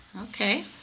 Okay